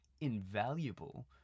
invaluable